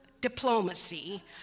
diplomacy